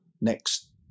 Next